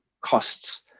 costs